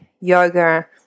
yoga